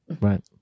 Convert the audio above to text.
Right